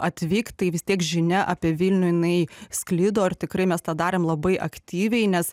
atvykti tai vis tiek žinia apie vilnių jinai sklido ir tikrai mes tą darėm labai aktyviai nes